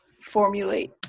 formulate